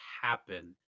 happen